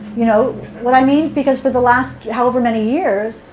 you know what i mean? because for the last however many years,